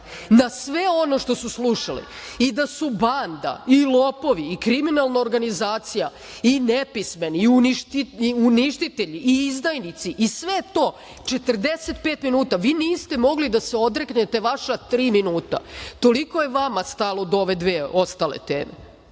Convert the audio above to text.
na sve ono što su slušali, i da su banda i lopovi i kriminalna organizacija i nepismeni i uništitelji i izdajnici i sve to 45 minuta. Vi niste mogli da se odreknete vaša tri minuta, toliko je vama stalo do ove dve ostale